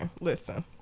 listen